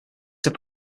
have